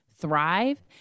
thrive